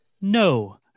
No